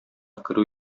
керү